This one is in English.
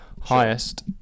highest